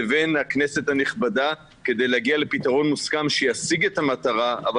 לבין הכנסת הנכבדה כדי להגיע לפתרון מוסכם שישיג את המטרה אבל